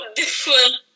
different